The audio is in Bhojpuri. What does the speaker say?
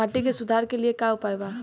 माटी के सुधार के लिए का उपाय बा?